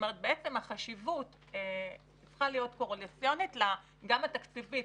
החשיבות צריכה להיות פרופורציונית וגם תקציבית,